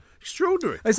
extraordinary